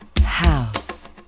House